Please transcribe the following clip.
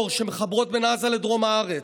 שמחברות בין עזה לדרום הארץ.